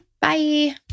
bye